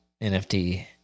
NFT